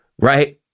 right